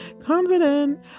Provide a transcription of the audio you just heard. confident